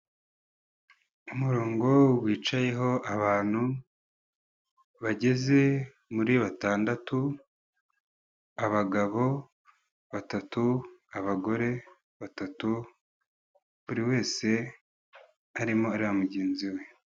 Umurongo wicayeho abantu, bageze muri batandatu, abagabo batatu, abagore batatu, buri wese arimo areba mugenzi we.